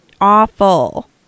Awful